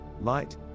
light